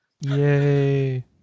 Yay